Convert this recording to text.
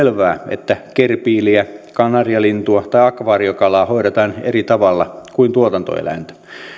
että gerbiiliä kanarialintua tai akvaariokalaa hoidetaan eri tavalla kuin tuotantoeläintä